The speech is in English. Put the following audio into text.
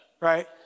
right